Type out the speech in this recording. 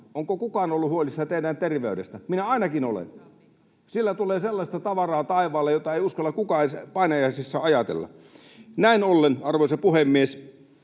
Onko kukaan ollut huolissaan teidän terveydestänne? Minä ainakin olen. [Vasemmalta: Ei kai se ole Sitran vika!] Siellä tulee sellaista tavaraa taivaalle, jota ei uskalla kukaan edes painajaisissaan ajatella. Näin ollen, arvoisa puhemies,